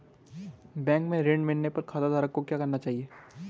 Bank से ऋण मिलने पर खाताधारक को क्या करना चाहिए?